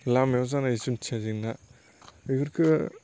लामायाव जानाय जुन्थिया जेंना बेफोरखो